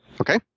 Okay